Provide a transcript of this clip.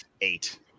eight